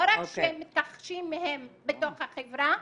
לא רק שמתכחשים מהן בתוך החברה,